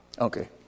Okay